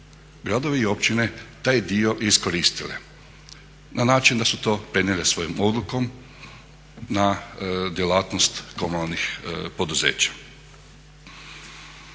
gradovi i općine taj dio iskoristile na način da su to prenijele svojom odlukom na djelatnost komunalnih poduzeća.